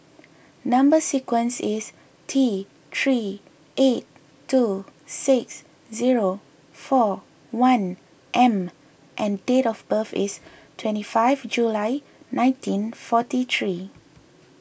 Number Sequence is T three eight two six zero four one M and date of birth is twenty five July nineteen forty three